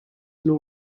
law